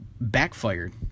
backfired